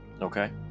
Okay